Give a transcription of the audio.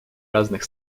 разных